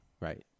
right